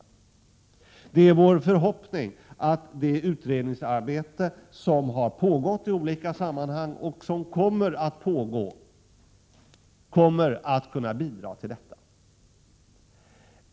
Det är vår förhoppning att det utredningsarbete som har pågått i olika sammanhang och som kommer att pågå skall kunna bidra till detta.